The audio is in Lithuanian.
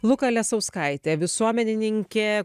luka lesauskaitė visuomenininkė